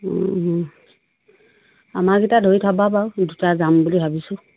আমাৰকেইটা ধৰি থবা বাৰু দুটা যাম বুলি ভাবিছোঁ